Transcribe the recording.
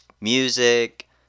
music